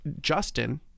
Justin